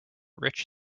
rich